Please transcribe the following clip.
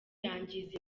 yangiza